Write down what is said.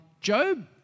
Job